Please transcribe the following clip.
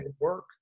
work